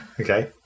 Okay